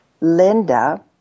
Linda